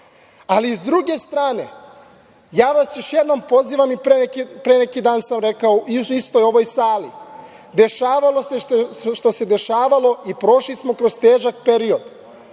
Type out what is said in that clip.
s druge strane, ja vas još jednom pozivam i pre neki dan sam rekao u istoj ovoj sali – dešavalo se šta se dešavalo i prošli smo kroz težak period,